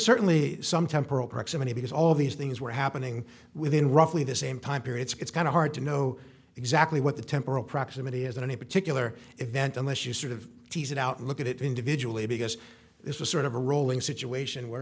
certainly some temporal proximity because all these things were happening within roughly the same time period so it's kind of hard to know exactly what the temporal proximity is in any particular event unless you sort of tease it out and look at it individually because this was sort of a rolling situation where